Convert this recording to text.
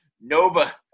Nova